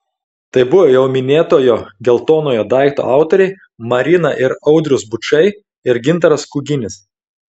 tai buvo jau minėtojo geltonojo daikto autoriai marina ir audrius bučai ir gintaras kuginis